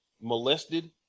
molested